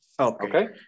Okay